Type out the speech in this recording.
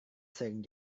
sering